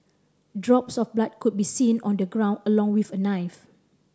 drops of blood could be seen on the ground along with a knife